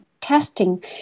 testing